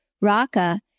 Raka